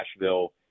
Nashville